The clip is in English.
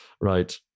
Right